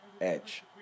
edge